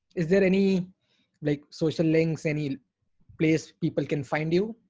is there any like social links, any place people can find you,